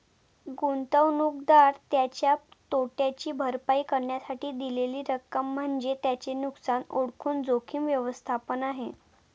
गुंतवणूकदार त्याच्या तोट्याची भरपाई करण्यासाठी दिलेली रक्कम म्हणजे त्याचे नुकसान ओळखून जोखीम व्यवस्थापन आहे